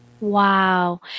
Wow